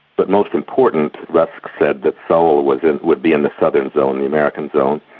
but, most important, rusk said that seoul would and would be in the southern zone, the american zone,